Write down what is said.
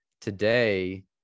today